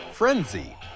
Frenzy